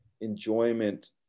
enjoyment